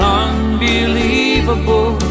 unbelievable